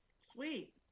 Sweet